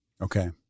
Okay